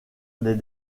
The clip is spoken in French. des